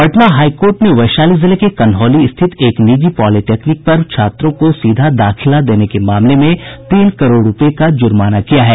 Patna high court ने वैशाली जिले के कन्हौली स्थित एक निजी पॉलिटेक्निक पर छात्रों को सीधा दाखिला देने के मामले में तीन करोड़ रूपये का जुर्माना किया है